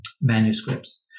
manuscripts